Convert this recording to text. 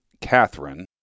Catherine